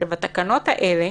שבתקנות האלה